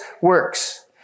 works